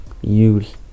use